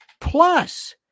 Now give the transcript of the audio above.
plus